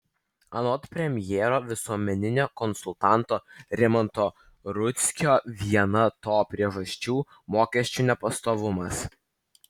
anot premjero visuomeninio konsultanto rimanto rudzkio viena to priežasčių mokesčių nepastovumas